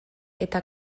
eta